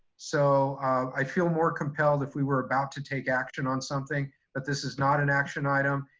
so i feel more compelled if we were about to take action on something but this is not an action item.